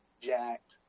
jacked